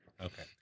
okay